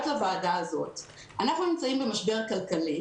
אנחנו נמצאים במשבר כלכלי.